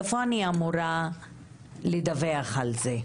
איפה אני אמורה לדווח על זה?